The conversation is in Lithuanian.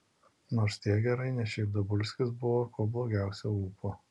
nors tiek gerai nes šiaip dabulskis buvo kuo blogiausio ūpo